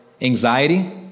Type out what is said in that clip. anxiety